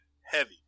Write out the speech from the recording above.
heavy